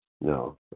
no